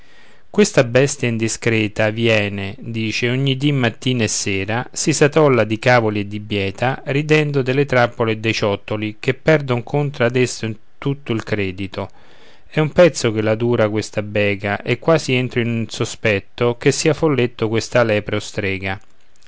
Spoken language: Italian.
questa bestia indiscreta viene dice ogni dì mattina e sera si satolla di cavoli e di bieta ridendo delle trappole e dei ciottoli che perdon contra ad essa tutto il credito è un pezzo che la dura questa bega e quasi entro in sospetto che sia folletto questa lepre o strega